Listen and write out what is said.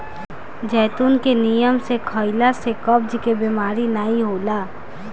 जैतून के नियम से खइला से कब्ज के बेमारी नाइ होला